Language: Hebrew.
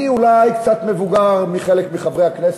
אני אולי קצת מבוגר מחלק מחברי הכנסת,